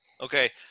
Okay